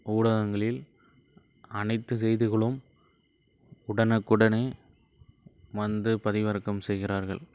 ஊடகங்களில் அனைத்து செய்திகளும் உடனுக்குடனே வந்து பதிவிறக்கம் செய்கிறார்கள்